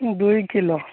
ଦୁଇ କିଲୋ